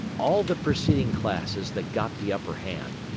all the preceding classes that got the upper hand,